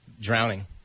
Drowning